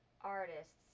artists